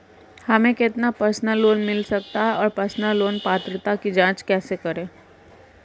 हमें कितना personal loan मिल सकता है और पर्सनल लोन पात्रता की जांच कैसे करें?